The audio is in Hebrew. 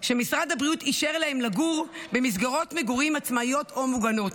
שמשרד הבריאות אישר להם לגור במסגרות מגורים עצמאיות או מוגנות.